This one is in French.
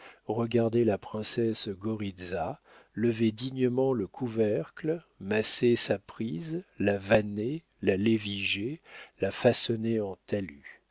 regardait la princesse goritza levait dignement le couvercle massait sa prise la vannait la lévigeait la façonnait en talus